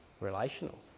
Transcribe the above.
relational